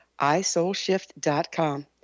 isoulshift.com